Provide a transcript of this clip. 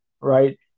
right